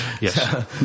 Yes